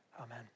Amen